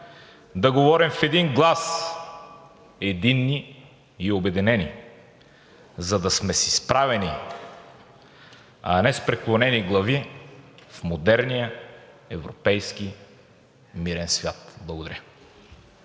да говорим в един глас – единни и обединени, за да сме с изправени, а не с преклонени глави в модерния европейски мирен свят. Благодаря.